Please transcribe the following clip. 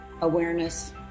awareness